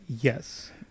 Yes